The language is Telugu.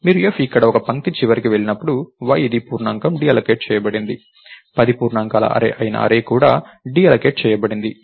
మీరు f ఇక్కడ ఈ పంక్తి చివరకి వెళ్లినప్పుడు y ఇది పూర్ణాంకం డీఅల్లోకేట్ చేయబడింది 10 పూర్ణాంకాల అర్రే అయిన అర్రే కూడా డీ అల్లోకేట్ చేయబడింది